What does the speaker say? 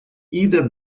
either